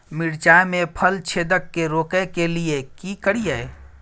मिर्चाय मे फल छेदक के रोकय के लिये की करियै?